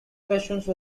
patience